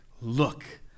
look